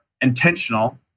intentional